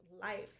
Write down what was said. life